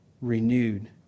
renewed